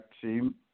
team